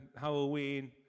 Halloween